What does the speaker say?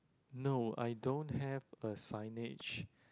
no I don't have a signage